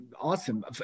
Awesome